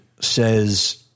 says